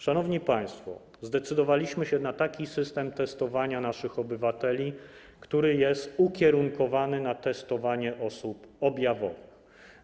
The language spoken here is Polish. Szanowni państwo, zdecydowaliśmy się na taki system testowania naszych obywateli, który jest ukierunkowany na testowanie osób objawowych.